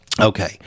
Okay